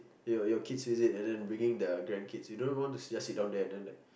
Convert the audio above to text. your your kid visit and then bringing the grand kids you don't want to just sit down there and then like